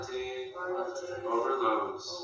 overloads